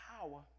power